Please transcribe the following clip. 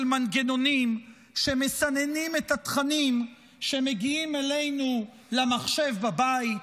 מנגנונים שמסננים את התכנים שמגיעים אלינו למחשב בבית,